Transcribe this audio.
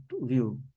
view